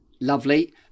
Lovely